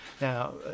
Now